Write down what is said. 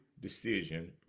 decision